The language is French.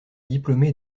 diplômé